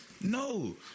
No